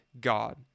God